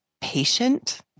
patient